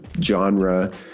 genre